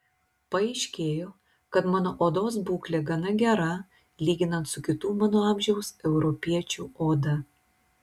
paaiškėjo kad mano odos būklė gana gera lyginant su kitų mano amžiaus europiečių oda